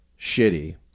Shitty